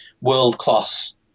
world-class